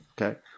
okay